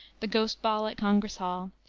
the ghost ball at congress hall,